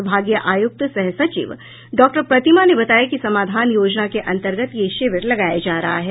विभागीय आय्क्त सह सचिव डॉक्टर प्रतिमा ने बताया कि समाधान योजना के अंतर्गत यह शिविर लगाया जा रहा है